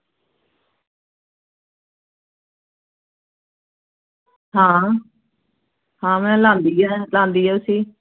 हां हां में लांदी ऐ लांदी ऐ उसी